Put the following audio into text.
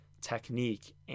technique